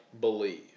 believe